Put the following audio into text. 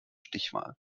stichwahl